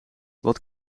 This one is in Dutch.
wat